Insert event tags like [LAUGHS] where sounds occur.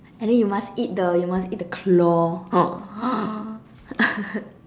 and then you must eat the you must eat the claw [NOISE] [LAUGHS]